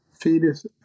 fetus